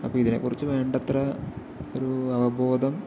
അപ്പോൾ ഇതിനെക്കുറിച്ച് വേണ്ടത്ര ഒരു അവബോധം